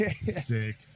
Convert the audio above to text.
Sick